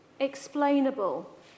explainable